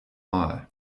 mal